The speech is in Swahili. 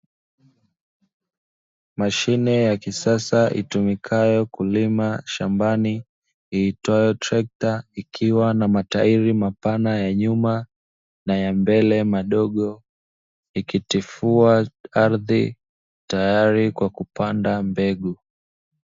Mashine ya kisasa itumikayo kulima shambani iitwayoo trekta, ikiwa na matairi mapana ya nyuma na ya mbele madogo ikitifua ardhi tayari kwa kupanda mbegu.